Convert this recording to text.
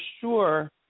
sure